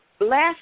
last